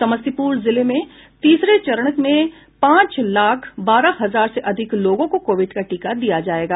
समस्तीपुर जिले में तीसरे चरण में पांच लाख बारह हजार से अधिक लोगों को कोविड का टीका दिया जायेगा